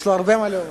יש לו הרבה מה לומר.